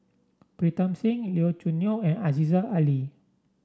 Pritam Singh Lee Choo Neo and Aziza Ali